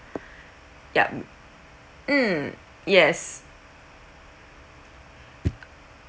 yup mm yes